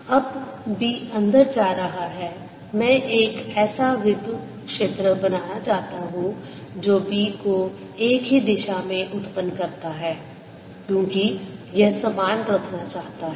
अब B अंदर जा रहा है मैं एक ऐसा विद्युत क्षेत्र बनाना चाहता हूँ जो B को एक ही दिशा में उत्पन्न करता है क्योंकि यह समान रखना चाहता है